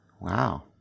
Wow